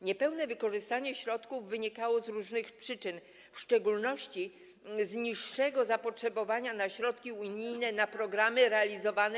Niepełne wykorzystanie środków wynikało z różnych przyczyn, w szczególności z niższego zapotrzebowania na środki unijne w ramach programów realizowanych.